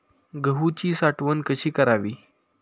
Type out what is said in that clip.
गहूची साठवण कशी करावी?